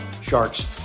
sharks